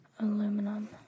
Aluminum